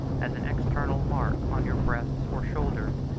as an external mark, on your breasts or shoulders,